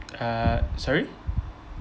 uh sorry